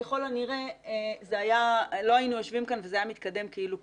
ככל הנראה לא היינו יושבים כאן וזה היה מתקדם כאילו כלום.